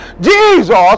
jesus